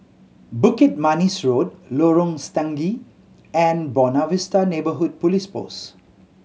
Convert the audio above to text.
Bukit Manis Road Lorong Stangee and Buona Vista Neighbourhood Police Post